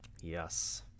Yes